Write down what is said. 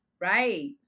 Right